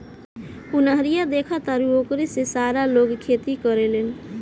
उ नहरिया देखऽ तारऽ ओकरे से सारा लोग खेती करेलेन